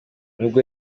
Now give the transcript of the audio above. n’ubwo